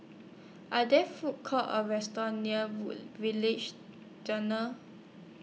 Are There Food Courts Or restaurants near Wood Village Tunnel